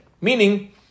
Meaning